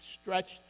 stretched